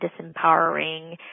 disempowering